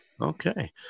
Okay